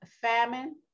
famine